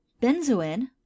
benzoin